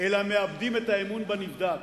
אלא מאבדים את האמון בנבדק.